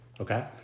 okay